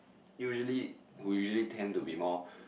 usually usually tend to be more